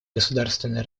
государственные